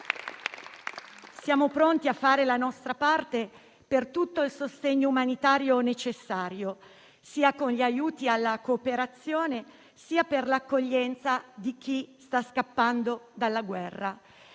Siamo pronti a fare la nostra parte per tutto il sostegno umanitario necessario, sia con gli aiuti alla cooperazione, sia per l'accoglienza di chi sta scappando dalla guerra.